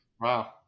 wow